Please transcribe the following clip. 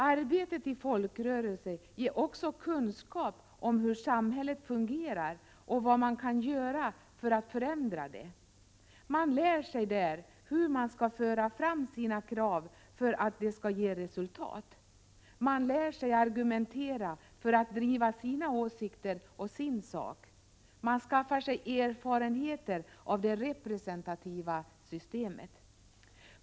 Arbetet i en folkrörelse ger kunskap om hur samhället fungerar och vad man kan göra för att förändra det. Man lär sig där hur man skall föra fram sina krav så att de skall ge resultat. Man lär sig argumentera så att man kan driva sina åsikter och sin sak. Man skaffar sig erfarenheter av det representativa systemet.